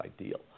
ideal